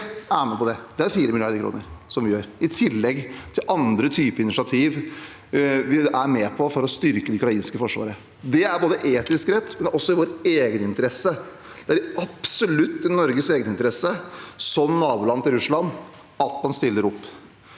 var med på det – det er 4 mrd. kr som går til det – i tillegg til andre typer initiativ vi er med på for å styrke det ukrainske forsvaret. Det er både etisk rett, og det er også i vår egeninteresse. Det er absolutt i Norges egeninteresse som naboland til Russland at vi stiller opp.